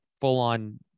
full-on